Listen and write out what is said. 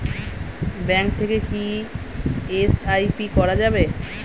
Bank থেকে কী SIP করা যাবে?